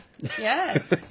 Yes